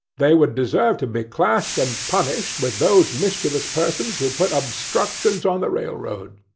they would deserve to be classed and punished with those mischievious persons who put obstructions on the railroads.